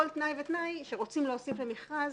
כל תנאי ותנאי שרוצים להוסיף למכרז,